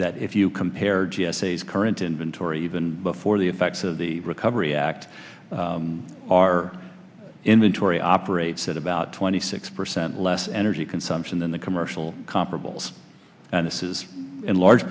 that if you compare g s a current inventory even before the effects of the recovery act our inventory operates at about twenty six percent less energy consumption than the commercial comparables and this is in large